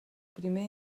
primer